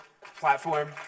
platform